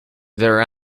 there